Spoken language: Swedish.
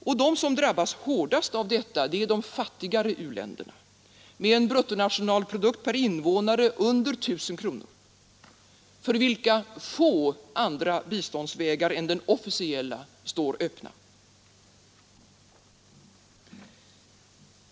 Och de som drabbas hårdast av detta är de fattigare u-länderna, med en bruttonationalprodukt per invånare under 1000 kronor, för vilka få andra biståndsvägar än den officiella står öppna.